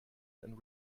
and